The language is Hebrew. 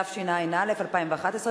התשע"א 2011,